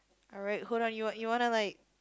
alright hold on you want you wanna like